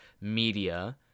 media